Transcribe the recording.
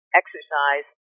exercise